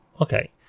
Okay